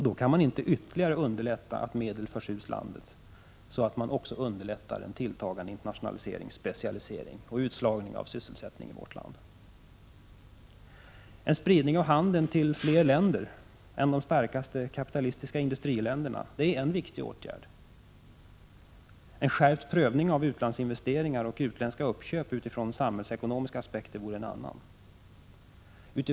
Då kan man inte ytterligare underlätta att medel förs ur landet — så att man också underlättar tilltagande internationalisering, specialisering och utslagning av sysselsättning i vårt land. En spridning av handeln till fler länder än de starkaste kapitalistiska industriländerna är en viktig åtgärd. En skärpt prövning av utlandsinvesteringar och utländska uppköp utifrån samhällsekonomiska aspekter vore en annan.